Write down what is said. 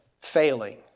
failing